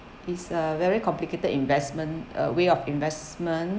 it's a very complicated investment uh way of investment